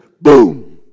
Boom